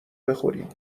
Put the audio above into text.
بخوریم